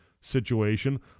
situation